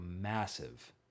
massive